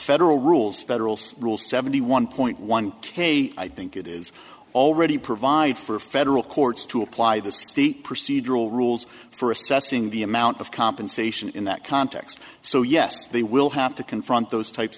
federal rules federal rules seventy one point one k i think it is already provide for federal courts to apply the state procedural rules for assessing the amount of compensation in that context so yes they will have to confront those types